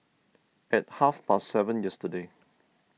at half past seven yesterday